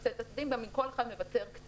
שמרצה את הצדדים גם אם כל אחד מוותר קצת.